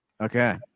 Okay